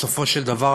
בסופו של דבר,